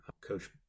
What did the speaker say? Coach